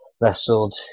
wrestled